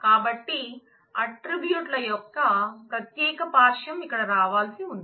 కాబట్టి ఆట్రిబ్యూట్ యొక్క ప్రత్యేక పార్శ్వం ఇక్కడ రావాల్సి ఉంది